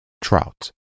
Trout